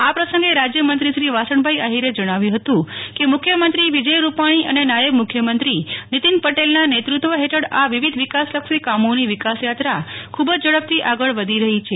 આ પ્રસંગે રાજયમંત્રીશ્રી વાસણભાઇ આહિરે જણાવ્યું હતું કે મુખ્યમંત્રીશ્રી વિજય રૂપાણી અને નાયબ મુખ્યમંત્રીશ્રી નીતિન પટેલના નેતૃત્વ હેઠળ આ વિવિધ વિકાસલક્ષી કામોની વિકાસ યાત્રા ખૂબ જ ઝડપથી આગળ વધી રહી છે